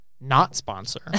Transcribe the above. not-sponsor